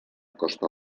costa